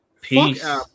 Peace